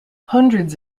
hundreds